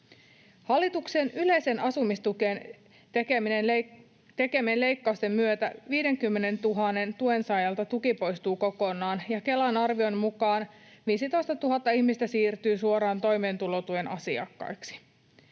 Hallituksen yleiseen asumistukeen tekemien leikkausten myötä 50 000 tuensaajalta tuki poistuu kokonaan, ja Kelan arvion mukaan 15 000 ihmistä siirtyy suoraan toimeentulotuen asiakkaiksi.